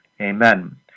Amen